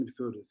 midfielders